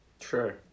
Sure